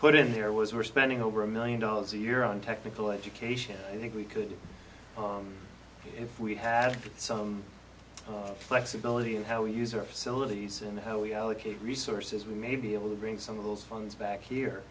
put in there was we're spending over a million dollars a year on technical education i think we could if we had some flexibility in how we use our facilities and how we allocate resources we may be able to bring some of those funds back here